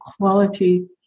quality